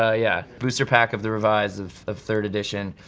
ah yeah, booster pack of the revise of of third edition,